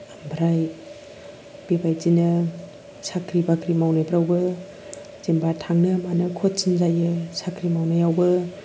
ओमफ्राय बेबायदिनो साख्रि बाख्रि मावनायफ्रावबो जेनबा थांनो मानो खथिन जायो साख्रि मावनायावबो